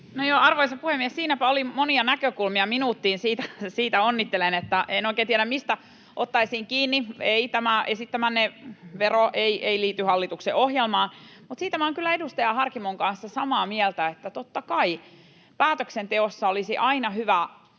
Arvoisa puhemies! Siinäpä oli monia näkökulmia minuuttiin, siitä onnittelen. En oikein tiedä, mistä ottaisin kiinni. Ei, tämä esittämänne vero ei liity hallituksen ohjelmaan, mutta siitä minä olen kyllä edustaja Harkimon kanssa samaa mieltä, että totta kai päätöksenteossa olisi aina hyvää